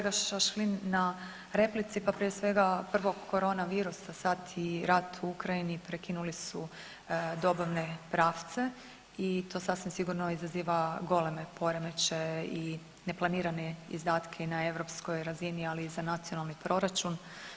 Hvala vam kolega Šašlin na replici, pa prije svega prvo koronavirus, a sad i rat u Ukrajini prekinuli su dobavne pravce i to sasvim sigurno izaziva goleme poremećaje i neplanirane izdatke na europskoj razini, ali i za nacionalni proračun.